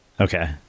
Okay